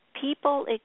people